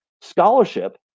scholarship